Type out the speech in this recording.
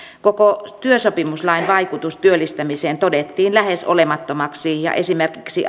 koko työsopimuslain vaikutus työllistämiseen todettiin lähes olemattomaksi ja esimerkiksi